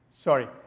Sorry